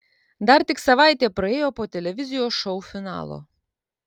dar tik savaitė praėjo po televizijos šou finalo